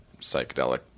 psychedelic